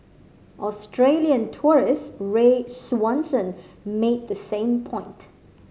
Australian tourist Ray Swanson made the same point